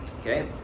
Okay